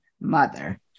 mother